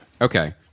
Okay